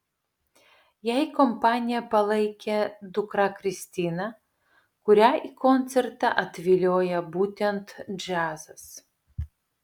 jai kompaniją palaikė dukra kristina kurią į koncertą atviliojo būtent džiazas